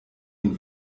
ihn